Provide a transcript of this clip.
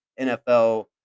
NFL